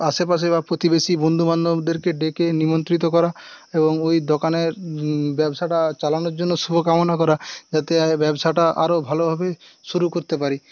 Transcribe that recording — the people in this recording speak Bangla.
আশেপাশে বা প্রতিবেশী বন্ধুবান্ধবদেরকে ডেকে নিমন্ত্রিত করা এবং ওই দোকানের ব্যবসাটা চালানোর জন্য শুভ কামনা করা যাতে ব্যবসাটা আরও ভালোভাবে শুরু করতে পারি